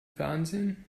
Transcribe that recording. fernsehen